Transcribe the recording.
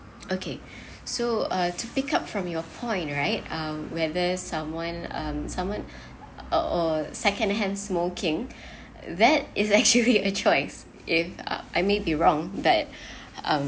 okay so uh to pick up from your point right uh whether someone um someone or secondhand smoking that is actually a choice if uh I may be wrong that um